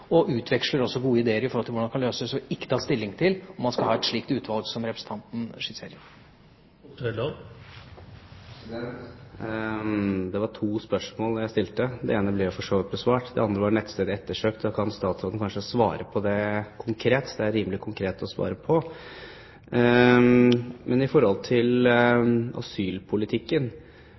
og utveksler også gode ideer for hvordan dette kan løses. Vi har ikke tatt stilling til om man skal ha et slikt utvalg som representanten skisserer. Jeg stilte to spørsmål. Det ene ble for så vidt besvart. Det andre gjaldt nettstedet «Ettersøkt». Kan statsråden kanskje svare konkret på det? Det er rimelig konkret å svare på. Men til asylpolitikken: Statsråden har lovet at han skal bli hardere i